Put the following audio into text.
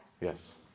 yes